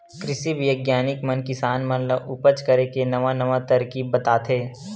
कृषि बिग्यानिक मन किसान मन ल उपज करे के नवा नवा तरकीब बताथे